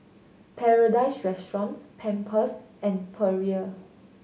Paradise Restaurant Pampers and Perrier